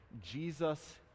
Jesus